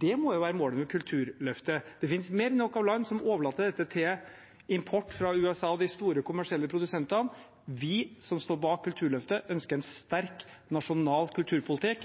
Det må jo være målet med Kulturløftet. Det finnes mer enn nok av land som overlater dette til import fra USA og de store kommersielle produsentene. Vi som står bak Kulturløftet, ønsker en sterk nasjonal kulturpolitikk,